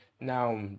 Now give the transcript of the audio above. Now